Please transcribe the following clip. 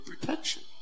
protection